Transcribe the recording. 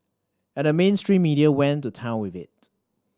and the mainstream media went to town with it